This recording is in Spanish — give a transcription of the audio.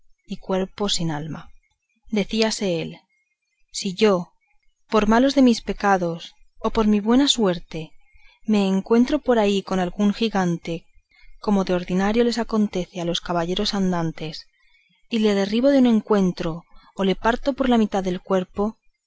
y cuerpo sin alma decíase él a sí si yo por malos de mis pecados o por mi buena suerte me encuentro por ahí con algún gigante como de ordinario les acontece a los caballeros andantes y le derribo de un encuentro o le parto por mitad del cuerpo